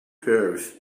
sheriff